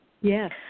Yes